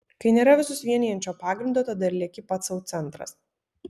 kai nėra visus vienijančio pagrindo tada ir lieki pats sau centras